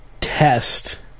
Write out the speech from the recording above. test